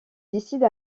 décide